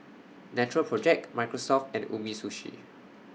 Natural Project Microsoft and Umisushi